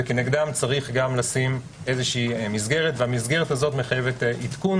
וכנגדם צריך לשים גם מסגרת שמחייבת עדכון